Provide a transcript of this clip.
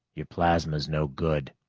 your plasma's no good.